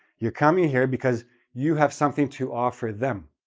you're coming here because you have something to offer them.